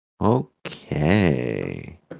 Okay